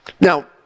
Now